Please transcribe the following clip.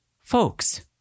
Folks